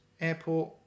airport